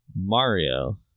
Mario